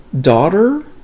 daughter